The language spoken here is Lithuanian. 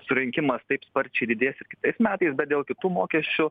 surinkimas taip sparčiai didės ir kitais metais bet dėl kitų mokesčių